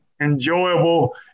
enjoyable